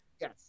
Yes